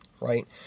right